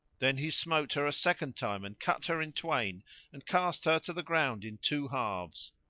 then he smote her a second time and cut her in twain and cast her to the ground in two halves.